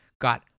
got